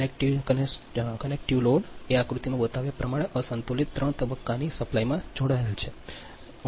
કનેક્ટેરેસ્ટીવ load એ આકૃતિ in માં બતાવ્યા પ્રમાણે અસંતુલિત ત્રણ તબક્કાની સપ્લાયમાં જોડાયેલ છે